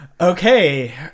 Okay